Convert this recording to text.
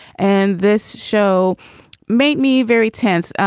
and this show made me very tense.